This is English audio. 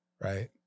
right